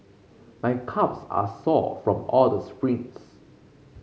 my calves are sore from all the sprints